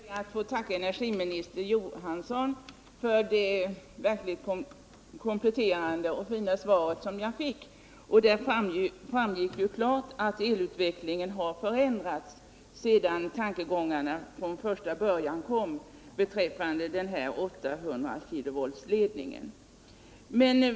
Herr talman! Jag ber att få tacka energiminister Johansson för det verkligt kompletterande och upplysande svar som jag fick. Det framgick ju klart att elutvecklingen har förändrats sedan de första tankarna började ta form beträffande den här 800 kV-ledningen.